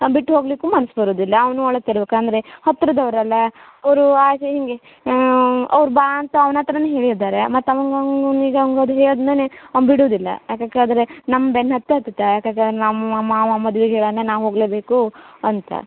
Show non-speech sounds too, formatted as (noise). ಬಿಟ್ಟು ಹೋಗಲಿಕ್ಕೂ ಮನ್ಸು ಬರೋದಿಲ್ಲ ಅವನು ಅಳ್ತಿರ್ಬೇಕು ಅಂದರೆ ಹತ್ತಿರದವ್ರಲ್ಲ ಅವರು ಹಾಗೆ ಹಿಂಗೆ ಅವ್ರು ಬಾ ಅಂತ ಅವ್ನ ಹತ್ರನೇ ಹೇಳಿದ್ದಾರೆ ಮತ್ತೆ ಅವ್ನು (unintelligible) ಈಗ ಅವ್ನ್ಗೆ ಅದು ಹೇಳಿದ ಮೇಲೆ ಅವ ಬಿಡೋದಿಲ್ಲ ಯಾಕಾಕ್ ಕೇಳಿದ್ರೆ ನಮ್ಮ ಬೆನ್ನು ಹತ್ತೆ ಹತತ ಯಾಕಕ ನಮ್ಮ ಮಾವ ಮದ್ವೆಗ್ ಹೇಳಾನೆ ನಾ ಹೋಗಲೇಬೇಕು ಅಂತ